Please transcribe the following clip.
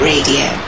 Radio